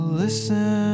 listen